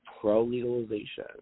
pro-legalization